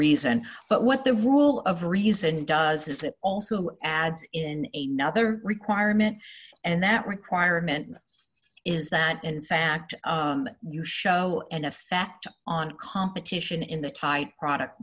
reason but what the rule of reason does is it also adds in a nother requirement and that requirement is that in fact you show an effect on competition in the tight product